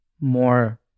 more